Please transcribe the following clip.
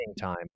time